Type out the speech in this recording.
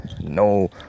No